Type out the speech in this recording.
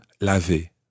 laver